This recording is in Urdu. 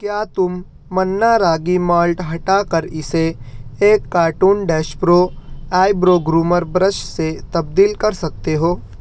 کیا تم منا راگی مالٹ ہٹا کر اسے ایک carton dash pro eyebrow groomer brush سے تبدیل کر سکتے ہو